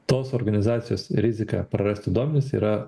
tos organizacijos rizika prarasti duomenis yra